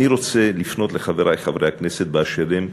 אני רוצה לפנות אל חברי חברי הכנסת באשר הם,